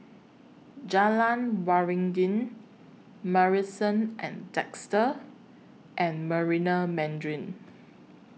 Jalan Waringin Marrison At Desker and Marina Mandarin